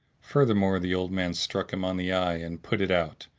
furthermore, the old man struck him on the eye and put it out.